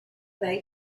they